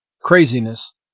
craziness